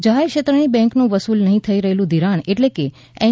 જાહેર ક્ષેત્રની બેન્કનું વસૂલ નહીં થઈ રહેલું ઘિરાણ એટ લે કે એન